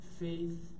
faith